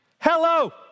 Hello